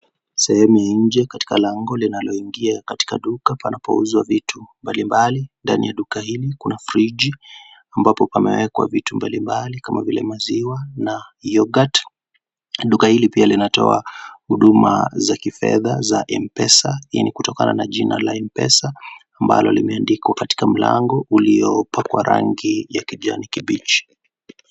Sehemu ya nje katika lango linaloingia katika duka panapouzwa vitu mbalimbali ndani ya duka hili kuna friji ambapo pamewekwa vitu mbalimbali kama vile maziwa na yoghurt .Duka hili pia linatoa huduma za kifedha za Mpesa hii ni kutokana na jina la Mpesa ambalo limeandikwa katika mlango uliopakwa rangi ya kijani kibichi.